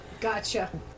Gotcha